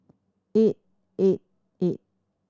eight eight eight